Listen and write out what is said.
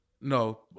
No